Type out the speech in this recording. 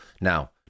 Now